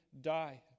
die